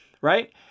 right